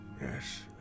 Yes